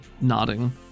nodding